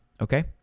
Okay